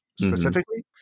specifically